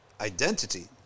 identity